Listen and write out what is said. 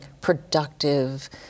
productive